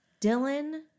Dylan